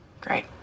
Great